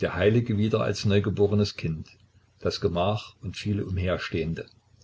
der heilige wieder als neugeborenes kind das gemach und viele